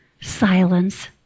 silence